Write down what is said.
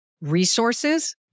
resources